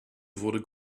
wurde